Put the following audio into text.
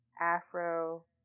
afro